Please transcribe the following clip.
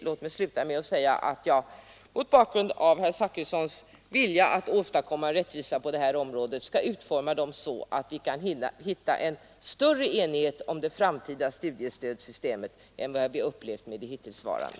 Låt mig sluta med att säga att jag mot bakgrund av den vilja herr Zachrisson visat att åstadkomma rättvisa på detta område hoppas att han skall utforma dem så att vi kan få större enighet kring det framtida studiestödssystemet än vi upplevt med det hittillsvarande.